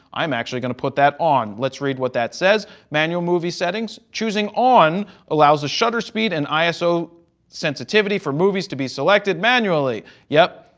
i'm actually going to put that on. let's read what that says. manual movie settings choosing on allows the shutter speed and iso sensitivity for movies to be selected manually. yep,